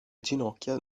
ginocchia